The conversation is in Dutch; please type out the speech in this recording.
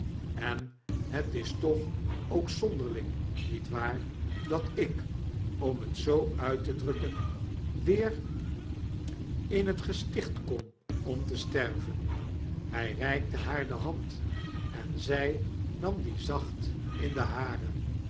en het is toch ook zonderling niet waar dat ik om het zoo uit te drukken weer in het gesticht kom om te sterven hij reikte haar de hand en zg nam die zacht in de hare